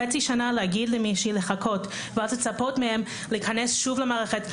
חצי שנה להגיד למישהי לחכות ואז לצפות מהם להיכנס שוב למערכת,